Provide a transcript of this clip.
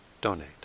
donate